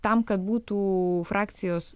tam kad būtų frakcijos